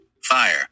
Fire